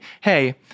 hey